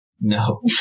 No